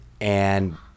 and-